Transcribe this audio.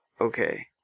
okay